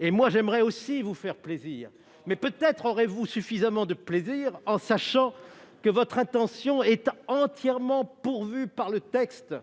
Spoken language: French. J'aimerais moi aussi vous faire plaisir, mais peut-être aurez-vous suffisamment de plaisir en sachant que votre intention est entièrement pourvue par le texte.